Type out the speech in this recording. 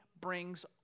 brings